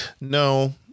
no